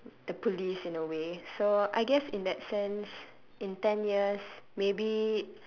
the police in a way so I guess in that sense in ten years maybe